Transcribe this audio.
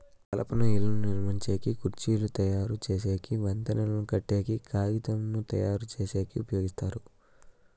కలపను ఇళ్ళను నిర్మించేకి, కుర్చీలు తయరు చేసేకి, వంతెనలు కట్టేకి, కాగితంను తయారుచేసేకి ఉపయోగిస్తారు